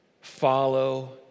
Follow